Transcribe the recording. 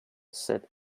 said